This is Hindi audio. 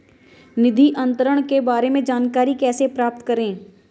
निधि अंतरण के बारे में जानकारी कैसे प्राप्त करें?